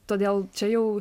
todėl čia jau